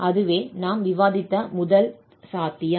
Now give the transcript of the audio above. அதுவே நாம் விவாதித்த முதல் சாத்தியம்